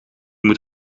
moet